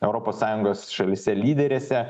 europos sąjungos šalyse lyderėse